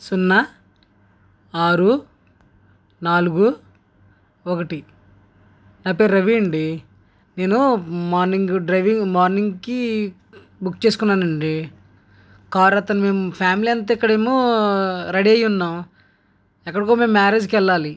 సున్నా ఆరు నాలుగు ఒకటి నా పేరు రవి అండి నేను మార్నింగ్ డ్రైవింగ్ మార్నింగ్కి బుక్ చేసుకున్నానండి కార్ అతను మేము ఫ్యామిలీ అంతా ఇక్కడేమో రెడీ అయ్యి ఉన్నాము ఎక్కడికో మేము మ్యారేజ్కి వెళ్ళాలి